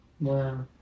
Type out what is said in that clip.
Wow